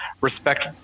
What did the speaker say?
respect